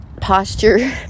posture